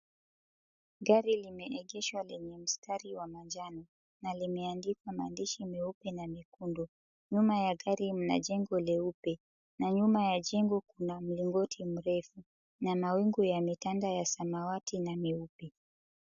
Gari limeegeshwa lenye mstari wa manjano na limeandikwa maandishi meupe na mekundu, nyuma ya gari mna jengo leupe na nyuma ya jengo kuna mlingoti mrefu na mawingu yametanda ya samawati na meupe.